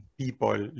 people